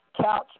couch